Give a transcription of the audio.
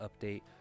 update